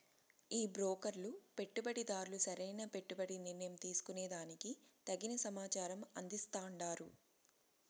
ఈ బ్రోకర్లు పెట్టుబడిదార్లు సరైన పెట్టుబడి నిర్ణయం తీసుకునే దానికి తగిన సమాచారం అందిస్తాండారు